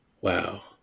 wow